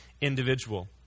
individual